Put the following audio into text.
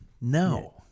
No